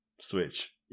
Switch